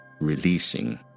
releasing